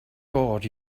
god